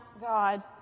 God